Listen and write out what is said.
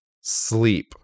sleep